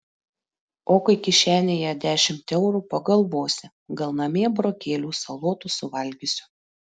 o kai kišenėje dešimt eurų pagalvosi gal namie burokėlių salotų suvalgysiu